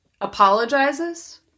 apologizes